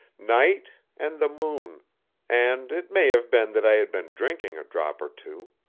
night, and the moon and it may have been that i had been drinking a drop or two.